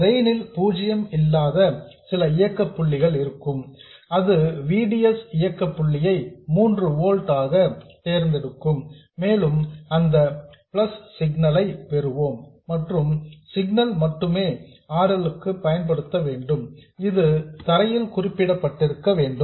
இதில் டிரெயின் ல் பூஜ்ஜியம் இல்லாத சில இயக்க புள்ளிகள் இருக்கும் அது V D S இயக்க புள்ளியை 3 ஓல்ட்ஸ் ஆக தேர்ந்தெடுக்கும் மேலும் அந்த பிளஸ் சிக்னல் ஐ பெறுவோம் மற்றும் சிக்னல் மட்டுமே RL க்கு பயன்படுத்தப்பட வேண்டும் இது தரையில் குறிப்பிடப்பட்டிருக்க வேண்டும்